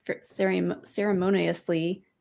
ceremoniously